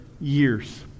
years